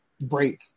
break